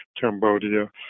Cambodia